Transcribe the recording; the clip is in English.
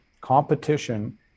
competition